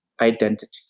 identity